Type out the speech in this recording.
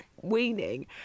weaning